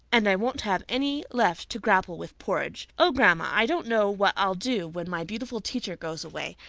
and i won't have any left to grapple with porridge. oh grandma, i don't know what i'll do when my beautiful teacher goes away.